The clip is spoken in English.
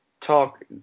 talk